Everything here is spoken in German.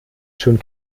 schön